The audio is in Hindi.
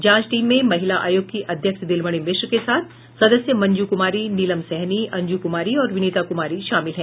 जांच टीम में महिला आयोग की अध्यक्ष दिलमणि मिश्र के साथ सदस्य मंजू कुमारी नीलम सहनी अंजू कुमारी और विनीता कुमारी शामिल है